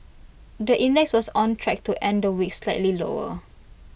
the index was on track to end the week slightly lower